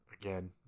Again